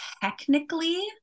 Technically